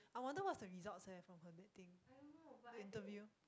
I wonder what's her results eh for her that thing the interview